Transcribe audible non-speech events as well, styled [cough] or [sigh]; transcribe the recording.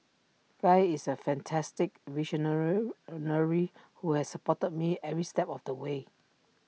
guy is A fantastic [unintelligible] who has supported me every step of the way